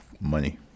money